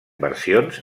versions